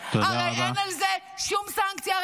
הרי אין על זה שום סנקציה.